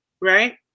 right